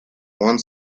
one